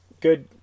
good